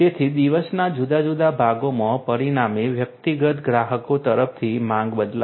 તેથી દિવસના જુદા જુદા ભાગોમાં પરિણામે વ્યક્તિગત ગ્રાહકો તરફથી માંગ બદલાશે